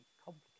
complicated